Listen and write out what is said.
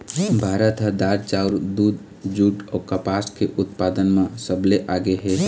भारत ह दार, चाउर, दूद, जूट अऊ कपास के उत्पादन म सबले आगे हे